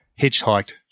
hitchhiked